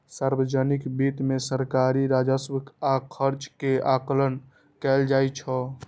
सार्वजनिक वित्त मे सरकारी राजस्व आ खर्च के आकलन कैल जाइ छै